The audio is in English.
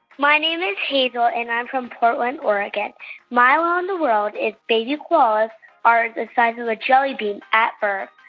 my name is hazel, and i'm from portland, ore. my wow in the world is baby koalas are the size of a jelly bean at birth.